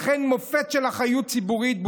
אכן, מופת של אחריות ציבורית.